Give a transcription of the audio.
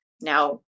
Now